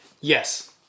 yes